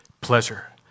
pleasure